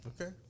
Okay